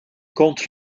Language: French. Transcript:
compte